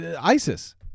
ISIS